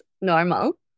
normal